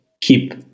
keep